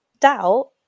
Doubt